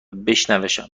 بشنومشان